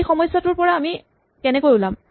এই সমস্যাটোৰ পৰা আমি কেনেকৈ ওলাম